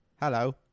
Hello